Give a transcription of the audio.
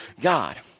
God